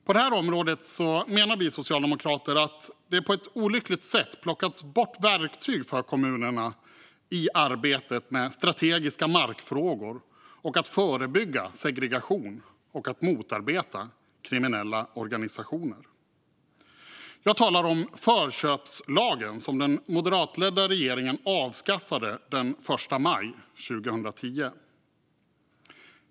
På det här området har det, menar vi socialdemokrater, på ett olyckligt sätt plockats bort verktyg för kommunerna att arbeta med strategiska markfrågor, förebygga segregation och motarbeta kriminella organisationer. Jag talar om förköpslagen, som den moderatledda regeringen avskaffade den 1 maj 2010.